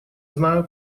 знаю